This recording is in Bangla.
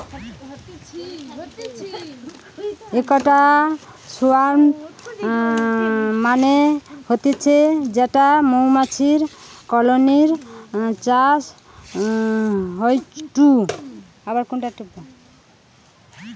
ইকটা সোয়ার্ম মানে হতিছে যেটি মৌমাছির কলোনি চাষ হয়ঢু